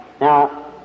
Now